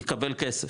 יקבל כסף,